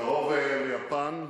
קרוב ליפן ושווייץ,